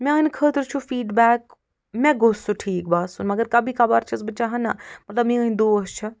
میانہِ خٲطرٕ چھُ فیٖدبیک مےٚ گوٚژھ سُہ ٹھیٖک باسُن مگر کھبی کبار چھَس بہٕ چاہان نَہ مطلب میٲنۍ دوس چھِ